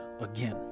again